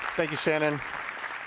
thank you shannon.